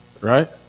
right